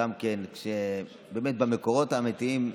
באמת במקורות האמיתיים,